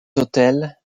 hôtels